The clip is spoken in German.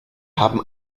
haben